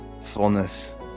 fullness